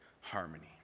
harmony